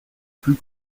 plus